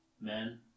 man